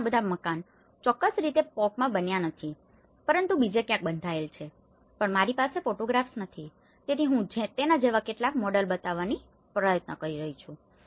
અને ત્યાં આ બધા મકાન ચોક્કસ રીતે POKમાં બન્યા નથી પરંતુ બીજે ક્યાંક બંધાયેલ છે પણ મારી પાસે ફોટોગ્રાફ્સ નથી તેથી હું તેના જેવા કેટલાક મોડેલો બતાવવાની કોશિશ કરી રહ્યો છું